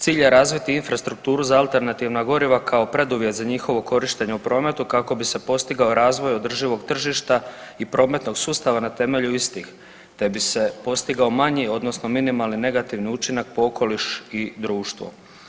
Cilj je razviti infrastrukturu za alternativna goriva kao preduvjet za njihovo korištenje u prometu kako bi se postigao razvoj održivog tržišta i prometnog sustava na temelju istih te bi se postigao manji, odnosno minimalni negativni učinak po okoliš i društvo.